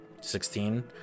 Sixteen